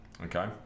okay